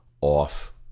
off